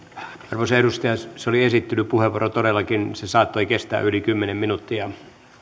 arvoisa edustaja se oli esittelypuheenvuoro ja todellakin se saattoi kestää yli kymmenen minuuttia